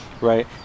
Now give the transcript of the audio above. right